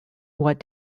what